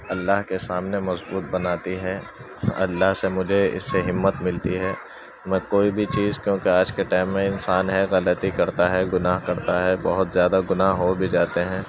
اللہ کے سامنے مضبوط بناتی ہیں اللہ سے مجھے اس سے ہمت ملتی ہے میں کوئی بھی چیز کیونکہ آج کے ٹائم میں انسان ہے غلطی کرتا ہے گناہ کرتا ہے بہت زیادہ گناہ ہو بھی جاتے ہیں